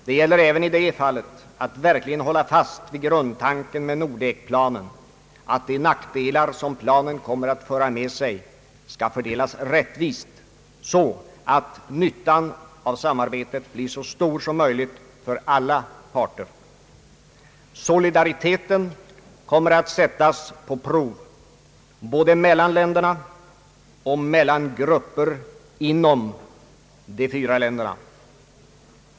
Det gäller även i det fallet att verkligen hålla fast vid grundtangen i Nordekplanen — att de nackdelar som planen kommer att föra med sig skall fördelas rättvist, så att nyttan av samarbetet blir så stor som möjligt för alla parter. Solidariteten kommer att sättas på prov både mellan länderna och mellan grupper i de fyra länderna.